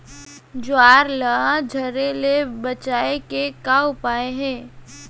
ज्वार ला झरे ले बचाए के का उपाय हे?